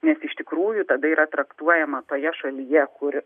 nes iš tikrųjų tada yra traktuojama toje šalyje kur